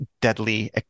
deadly